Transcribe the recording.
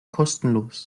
kostenlos